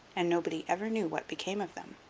and nobody ever knew what became of them.